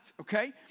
okay